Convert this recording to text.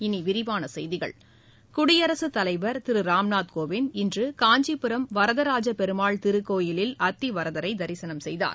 இனிவிரிவானசெய்கிகள் குடியரசுத் தலைவர் திருராம் நாத் கோவிந்த் இன்றுகாஞ்சிபுரம் வரதராஜ பெருமாள் திருக்கோவிலில் அத்திவரதரிசனம் செய்தார்